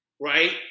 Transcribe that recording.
Right